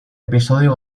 episodio